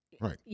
Right